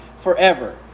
forever